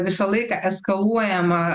visą laiką eskaluojama